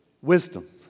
wisdom